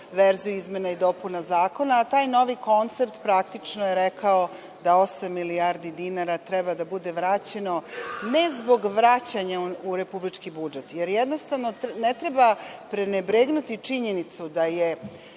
verziju izmena i dopuna zakona. Taj novi koncept praktično je rekao da osam milijardi dinara treba da bude vraćeno, ne zbog vraćanja u republički budžet, jer jednostavno ne treba prenebregnuti činjenicu da su